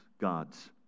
God's